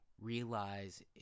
realize